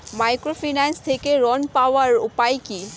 Microfinance থেকে ঋণ পাওয়ার উপায় কি?